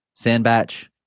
Sandbatch